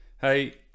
Hey